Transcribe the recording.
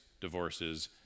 divorces